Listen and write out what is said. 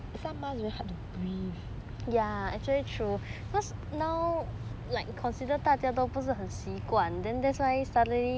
some mask very hard to breathe